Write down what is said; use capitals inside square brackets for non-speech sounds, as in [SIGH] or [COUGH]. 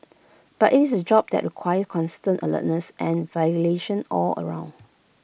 but IT is A job that requires constant alertness and [UNINTELLIGIBLE] all round